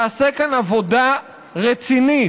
תעשה כאן עבודה רצינית,